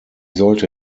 sollte